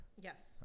Yes